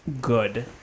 good